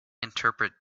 interpret